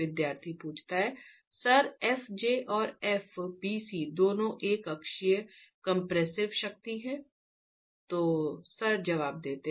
विद्यार्थी sir f j और f bc दोनों एकअक्षीय कंप्रेसिव शक्ति है